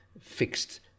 fixed